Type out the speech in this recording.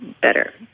better